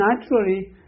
naturally